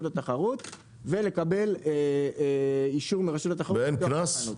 התחרות ולקבל אישור מרשות התחרות --- ואין קנס?